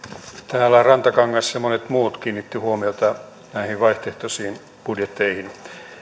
täällä rantakangas ja monet muut kiinnittivät huomiota näihin vaihtoehtoisiin budjetteihin